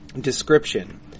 description